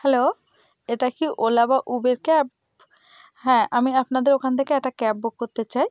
hello এটা কি ওলা বা উবের ক্যাব হ্যাঁ আমি আপনাদের ওখান থেকে একটা ক্যাব বুক করতে চাই